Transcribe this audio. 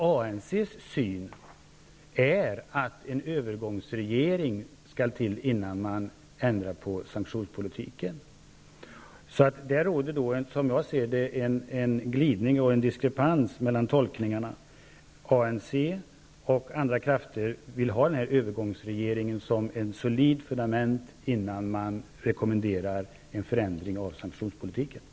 ANC anser att en övergångsregering måste komma till stånd, innan sanktionspolitiken ändras. Som jag ser det finns det en diskrepans mellan tolkningarna. ANC och andra krafter vill ha den här övergångsregeringen som ett solitt fundament, innan man rekommenderar en förändring av sanktionspolitiken.